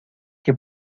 que